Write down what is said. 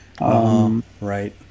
Right